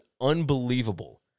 unbelievable